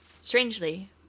strangely